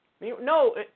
No